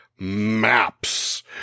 maps